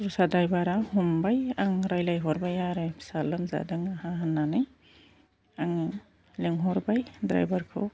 दस्रा द्राइभारा हमबाय आं रायज्लायहरबाय आरो फिसा लोमजादों आंहा होननानै आङो लिंंहरबाय द्राइभारखौ